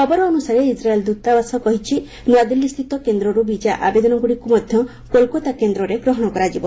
ଖବର ଅନୁସାରେ ଇସ୍ରାଏଲ୍ ଦୂତାବାସ କହିଛି ନୂଆଦିଲ୍ଲୀ ସ୍ଥିତ କେନ୍ଦ୍ରରୁ ବିଜା ଆବେଦନଗୁଡ଼ିକୁ ମଧ୍ୟ କୋଲକାତା କେନ୍ଦ୍ରରେ ଗ୍ରହଣ କରାଯିବ